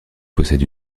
possède